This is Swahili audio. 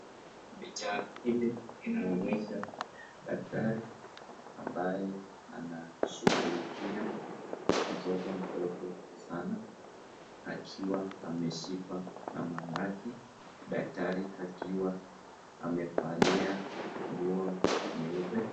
Picha hii inanesha daktari ambaye anashughulikia mtoto mdogo sana, akiwa ameshikwa na mamake. Daktari akiwa amevalia nguo nyeupe.,